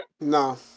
No